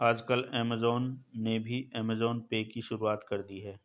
आजकल ऐमज़ान ने भी ऐमज़ान पे की शुरूआत कर दी है